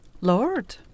Lord